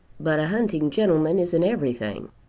but a hunting gentleman isn't everything.